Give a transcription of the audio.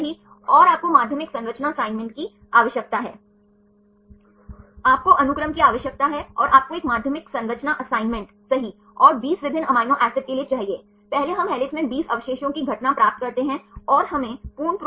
सही इसलिए यह इंटरेक्शन्स के आधार पर कि वे बंधन कैसे बनाते हैं उदाहरण के लिए 3 अलग अलग प्रकार के टर्न्स हैं टाइप एक टाइप 2 और टाइप 3 और यदि आप प्रोटीन संरचनाओं में घुमाव की घटना की आवृत्ति को देखते हैं तो कौन सा सबसे अधिक बार होता है